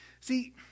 See